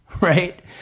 right